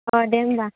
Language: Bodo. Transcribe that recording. अ दे होमब्ला